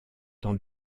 dans